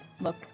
look